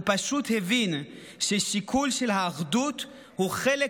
הוא פשוט הבין ששיקול האחדות הוא חלק